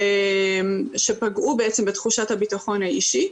שפגעו בתחושת הביטחון האישי.